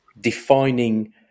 defining